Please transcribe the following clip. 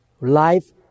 life